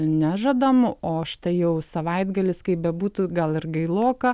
nežadam o štai jau savaitgalis kaip bebūtų gal ir gailoka